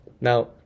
Now